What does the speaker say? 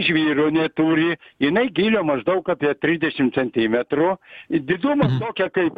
žvyro neturi jinai gylio maždaug apie trisdešim centimetrų ir didumo tokia kaip